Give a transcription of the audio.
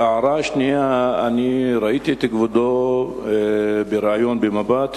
הערה שנייה: ראיתי את כבודו בריאיון ב"מבט",